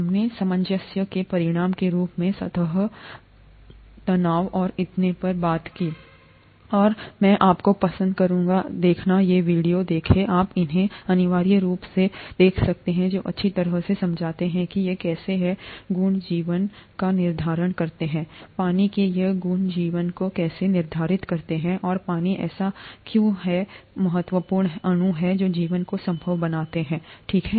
हमने सामंजस्य के परिणाम के रूप में सतह तनाव और इतने पर बात की और मैं आपको पसंद करूंगा ये दो वीडियो देखें आप इन्हें अनिवार्य रूप से ले सकते हैं जो अच्छी तरह से समझाते हैं कि ये कैसे हैं गुण जीवन का निर्धारण करते हैं पानी के ये गुण जीवन को कैसे निर्धारित करते हैं और पानी ऐसा क्यों है एक महत्वपूर्ण अणु जो जीवन को संभव बनाता है ठीक है